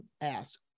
ask